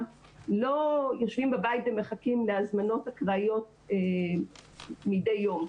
לא יושבים בבית ומחכים להזמנות אקראיות מדי יום,